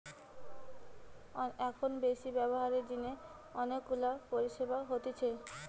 এখন বেশি ব্যবহারের জিনে অনেক গুলা পরিষেবা হতিছে